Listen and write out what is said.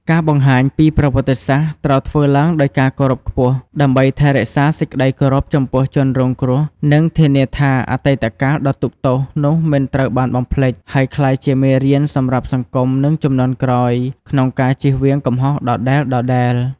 ការបង្ហាញពីប្រវត្តិសាស្ត្រត្រូវធ្វើឡើងដោយការគោរពខ្ពស់ ដើម្បីថែរក្សាសេចក្តីគោរពចំពោះជនរងគ្រោះ និងធានាថា អតីតកាលដ៏ទុក្ខទោសនោះមិនត្រូវបានបំភ្លេច ហើយក្លាយជាមេរៀនសម្រាប់សង្គមនិងជំនាន់ក្រោយក្នុងការជៀសវាងកំហុសដដែលៗ។